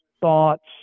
thoughts